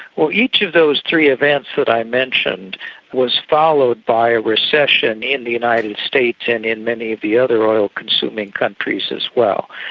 well, each of those three events that i mentioned was followed by a recession in the united states and in many of the other oil consuming countries as well,